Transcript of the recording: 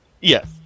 Yes